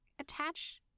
attach